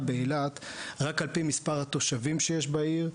באילת רק על פי מספר התושבים שיש בעיר,